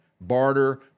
barter